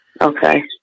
okay